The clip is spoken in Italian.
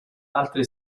altre